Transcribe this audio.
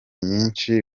nyinshi